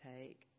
take